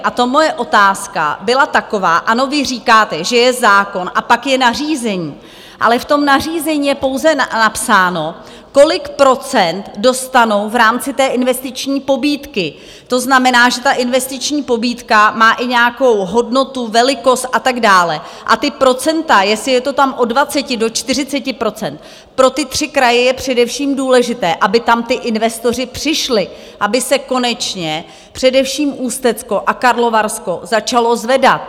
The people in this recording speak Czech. A moje otázka byla taková: ano, vy říkáte, že je zákon a pak je nařízení, ale v tom nařízení je pouze napsáno, kolik procent dostanou v rámci té investiční pobídky, to znamená, že investiční pobídka má i nějakou hodnotu, velikost a tak dále, a ta procenta, jestli je to tam od 20 do 40 %, pro ty tři kraje je především důležité, aby tam ti investoři přišli, aby se konečně především Ústecko a Karlovarsko začalo zvedat.